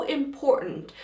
important